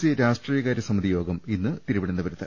C രാഷ്ട്രീയകാര്യ സമിതി യോഗം ഇന്ന് തിരുവന്തപുരത്ത്